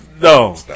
No